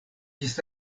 ĝis